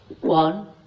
One